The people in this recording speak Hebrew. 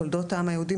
תולדות העם היהודי,